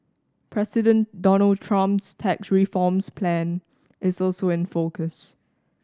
President Donald Trump's tax reforms plan is also in focus